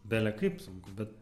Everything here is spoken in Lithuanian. bele kaip sunku bet